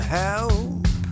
help